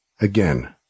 Again